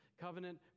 covenant